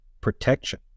protection